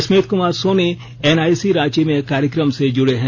Smith Kumar Soni NIC Ranchi में कार्यक्रम से जुड़े हैं